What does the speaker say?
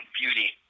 Beauty